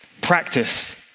Practice